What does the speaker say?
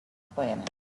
planet